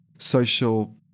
social